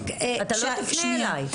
אתה לא תפנה אליי.